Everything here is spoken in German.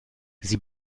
sie